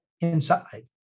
inside